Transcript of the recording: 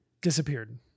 disappeared